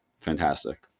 fantastic